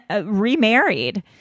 remarried